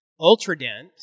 Ultradent